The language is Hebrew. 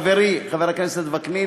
חברי חבר הכנסת וקנין